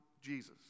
Jesus